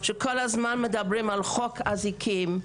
שכל הזמן מדברים על חוק אזיקים.